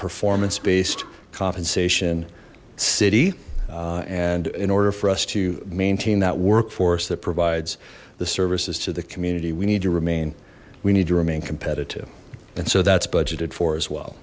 performance based compensation city and in order for us to maintain that workforce that provides the services to the community we need to remain we need to remain competitive and so that's budgeted for as well